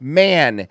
man